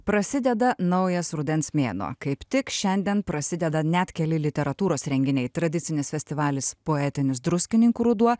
prasideda naujas rudens mėnuo kaip tik šiandien prasideda net keli literatūros renginiai tradicinis festivalis poetinis druskininkų ruduo